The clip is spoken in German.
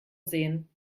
sehen